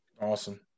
Awesome